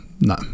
no